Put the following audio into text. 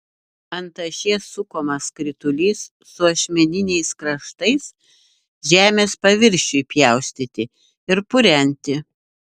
ant ašies sukamas skritulys su ašmeniniais kraštais žemės paviršiui pjaustyti ir purenti